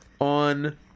on